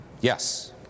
Yes